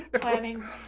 Planning